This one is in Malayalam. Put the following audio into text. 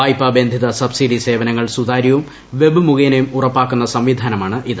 വായ്പാബന്ധിത സബ്സിഡി സേവനങ്ങൾ സുതാര്യവും വെബ് മുഖേനയും ഉറപ്പാക്കുന്ന സംവിധാനമാണ് ഇത്